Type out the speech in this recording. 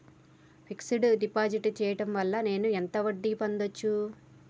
Fix డ్ deposit చేయటం వల్ల నేను ఎంత వడ్డీ పొందచ్చు?